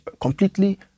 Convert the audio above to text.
completely